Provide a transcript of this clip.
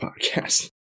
podcast